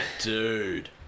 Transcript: dude